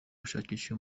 gushakisha